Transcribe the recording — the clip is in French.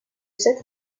cette